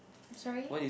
I'm sorry